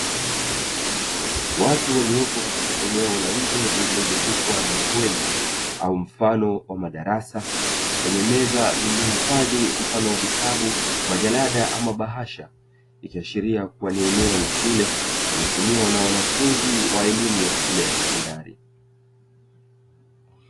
Watu waliopo katika eneo la nje, lililozungukwa na mabweni au mfano wa madarasa; kwenye meza zilizohifadhi mfano wa vitabu, majalada ama bahasha; ikiashiria kuwa ni eneo la shule, linalotumiwa na wanafunzi wa elimu ya shule ya sekondari.